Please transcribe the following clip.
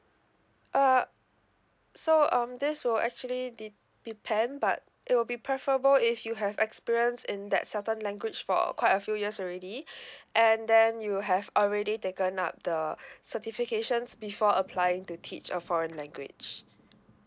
uh so um this will actually depend but it will be preferable if you have experience in that certain language for a quite a few years already and then you have already taken up the certifications before applying to teach a foreign language